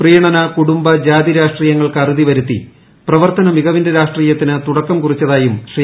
പ്രീണന കുടുംബ ജാതി രാഷ്ട്രീയങ്ങൾക്ക് അറുതി വരുത്തി പ്രവർത്തന മികവിന്റെ രാഷ്ട്രീയത്തിന് തുടക്കം കുറിച്ചതായും ശ്രീ